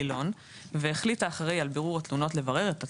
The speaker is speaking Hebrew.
נילון) והחליט האחראי על בירור תלונות לברר את התלונה,